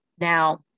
Now